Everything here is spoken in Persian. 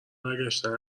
برگشتن